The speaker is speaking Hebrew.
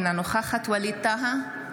אינה נוכחת ווליד טאהא,